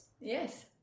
yes